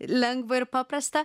lengva ir paprasta